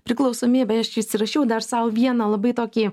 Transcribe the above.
priklausomybė aš įsirašiau dar sau vieną labai tokį